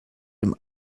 dem